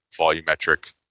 volumetric